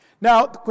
Now